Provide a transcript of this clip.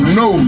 no